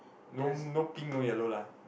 no no pink no yellow lah